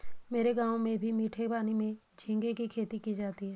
मेरे गांव में भी मीठे पानी में झींगे की खेती की जाती है